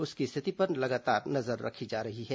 उसकी स्थिति पर लगातार नजर रखी जा रही है